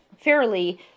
fairly